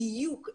בדיוק.